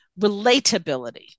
relatability